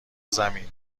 زمین